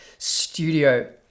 studio